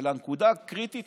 הנקודה הקריטית היא